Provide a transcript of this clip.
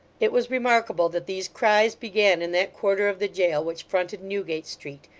it was remarkable that these cries began in that quarter of the jail which fronted newgate street,